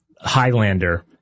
highlander